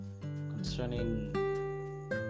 concerning